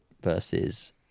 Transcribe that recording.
versus